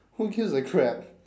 who gives a crap